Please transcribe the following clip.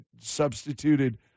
substituted